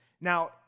Now